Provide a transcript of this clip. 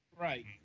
Right